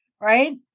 right